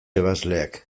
ebasleak